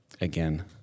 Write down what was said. again